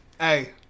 Hey